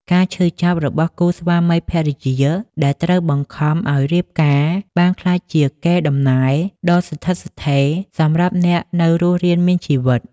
ការឈឺចាប់របស់គូស្វាមីភរិយាដែលត្រូវបង្ខំឱ្យរៀបការបានក្លាយជាកេរដំណែលដ៏ស្ថិតស្ថេរសម្រាប់អ្នកនៅរស់រានមានជីវិត។